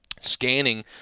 scanning